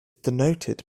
denoted